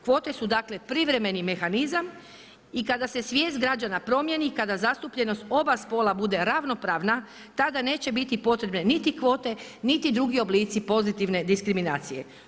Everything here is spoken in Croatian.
Kvote su privremeni mehanizam i kada se svijest građana promjeni, kada zastupljenost oba spola bude ravnopravna, tada neće biti potrebe niti kvote niti drugi oblici pozitivne diskriminacije.